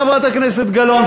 חברת הכנסת גלאון,